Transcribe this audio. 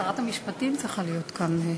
שרת המשפטים צריכה להיות כאן.